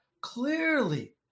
clearly